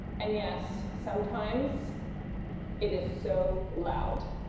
and yes, sometimes it is so loud.